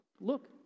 look